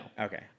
Okay